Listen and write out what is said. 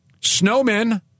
Snowmen